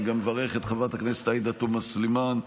אני גם מברך את חברת הכנסת עאידה תומא סלימאן,